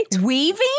Weaving